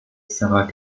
sarah